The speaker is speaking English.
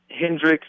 Hendrix